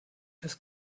das